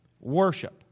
Worship